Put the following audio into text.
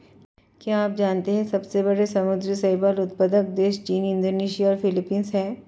क्या आप जानते है सबसे बड़े समुद्री शैवाल उत्पादक देश चीन, इंडोनेशिया और फिलीपींस हैं?